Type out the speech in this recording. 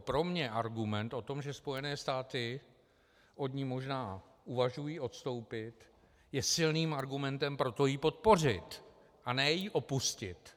Pro mě argument o tom, že Spojené státy od ní možná uvažují odstoupit, je silným argumentem pro to ji podpořit, a ne ji opustit.